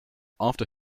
after